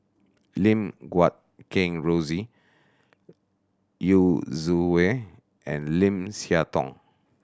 Lim Guat Kheng Rosie Yu Zhuye and Lim Siah Tong